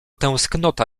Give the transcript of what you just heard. tęsknota